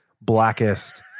blackest